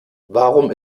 warum